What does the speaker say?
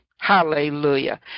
Hallelujah